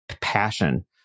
passion